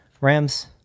Rams